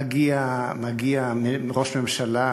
מגיע ראש ממשלה,